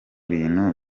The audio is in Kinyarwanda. bintu